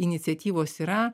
iniciatyvos yra